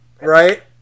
right